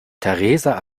theresa